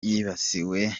yibasiwe